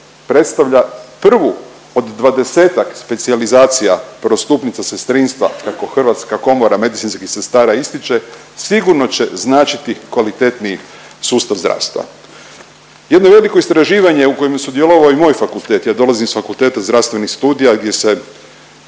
predstavlja 1. od 20-ak specijalizacija prvostupnica sestrinstva, kako Hrvatska komora medicinskih sestara ističe, sigurno će značiti kvalitetniji sustav zdravstva. Jedno veliko istraživanje u kojem je sudjelovao i moj fakultet, jer dolazim s Fakulteta zdravstvenih studija gdje se